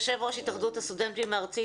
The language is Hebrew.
יושב ראש התאחדות הסטודנטים הארצית,